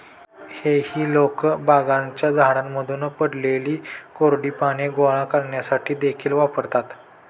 हेई लोक बागांच्या झाडांमधून पडलेली कोरडी पाने गोळा करण्यासाठी देखील वापरतात